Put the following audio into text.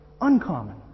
uncommon